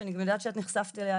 שאני מבינה שאת נחשפת אליה,